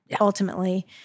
ultimately